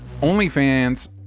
OnlyFans